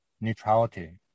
Neutrality